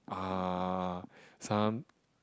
uh some